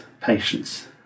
patience